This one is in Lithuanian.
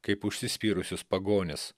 kaip užsispyrusius pagonis